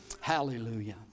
Hallelujah